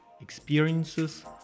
experiences